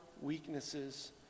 weaknesses